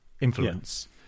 influence